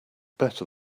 better